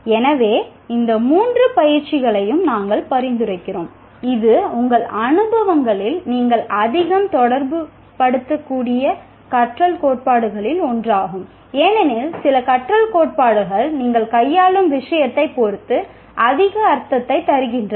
எனவே இந்த மூன்று பயிற்சிகளையும் நாங்கள் பரிந்துரைக்கிறோம் இது உங்கள் அனுபவங்களில் நீங்கள் அதிகம் தொடர்புபடுத்தக்கூடிய கற்றல் கோட்பாடுகளில் ஒன்றாகும் ஏனெனில் சில கற்றல் கோட்பாடுகள் நீங்கள் கையாளும் விஷயத்தைப் பொறுத்து அதிக அர்த்தத்தைத் தருகின்றன